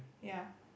ya